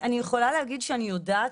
אני יכולה להגיד שאני יודעת,